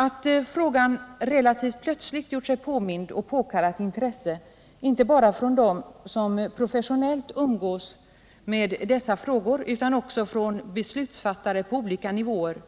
Att frågan relativt plötsligt gjort sig påmind och påkallat intresse, inte bara från dem som professionellt umgås med dessa frågor utan också från beslutsfattare på olika nivåer,